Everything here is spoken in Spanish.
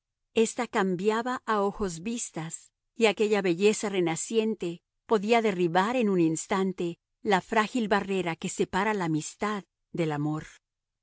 esta cambiaba a ojos vistas y aquella belleza renaciente podía derribar en un instante la frágil barrera que separa la amistad del amor